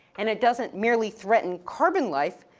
and it doesn't merely threaten carbon life,